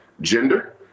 gender